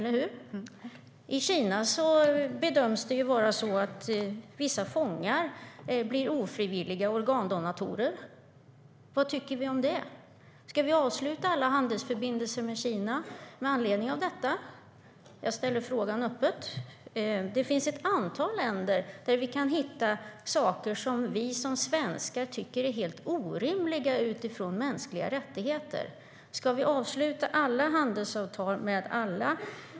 Det bedöms vara på det sättet att vissa fångar i Kina blir ofrivilliga organdonatorer. Vad tycker vi om det? Ska vi avsluta alla handelsförbindelser med Kina med anledning av det? Det finns ett antal länder där vi kan hitta saker som vi svenskar tycker är helt orimliga utifrån mänskliga rättigheter. Ska vi avsluta alla handelsavtal med alla?